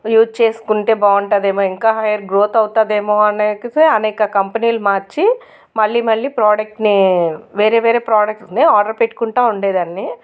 use చేసుకుంటే బాగుంటుంది ఏమో ఇంకా హెయిర్ గ్రోత్ అవుతాదేమో అని అనేక కంపెనీలు మార్చి మళ్ళి మళ్ళి ప్రొడక్ట్స్ని వేరే వేరే ప్రొడక్ట్స్ని ఆర్డర్ పెట్టుకుంటా ఉండేదాన్ని